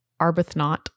Arbuthnot